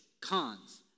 cons